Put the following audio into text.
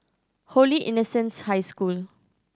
Holy Innocents' High School